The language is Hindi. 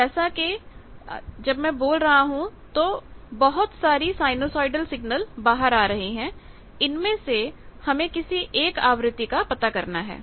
जैसे कि जब मैं बोल रहा हूं तो बहुत सारे साइनुसीओडल सिग्नल बाहर आ रहे हैं इनमें से हमें किसी एक आवृत्ति का पता करना है